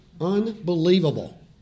Unbelievable